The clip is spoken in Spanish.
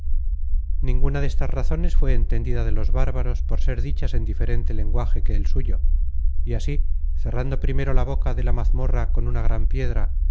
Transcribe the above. ninguna destas razones fué entendida de los bárbaros por ser dichas en diferente lenguaje que el suyo y así cerrando primero la boca de la mazmorra con una gran piedra